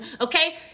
Okay